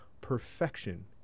perfection